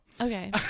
Okay